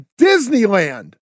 Disneyland